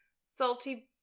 salty